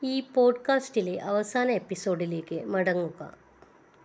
ഈ പോഡ്കാസ്റ്റിലെ അവസാന എപ്പിസോഡിലേക്ക് മടങ്ങുക